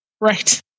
Right